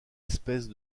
espèces